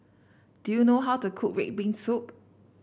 do you know how to cook red bean soup